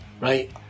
right